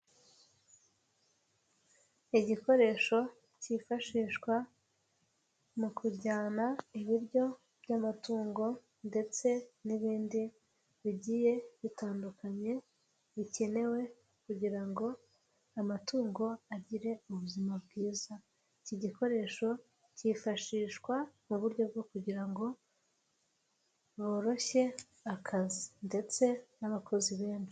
Igikoresho kifashishwa mu kujyana ibiryo by'amatungo ndetse n'ibindi bigiye bitandukanye bikenewe kugira ngo amatungo agire ubuzima bwiza, iki gikoresho kifashishwa mu buryo bwo kugira ngo boroshye akazi ndetse n'abakozi benshi.